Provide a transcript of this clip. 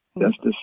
justice